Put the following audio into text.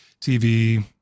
TV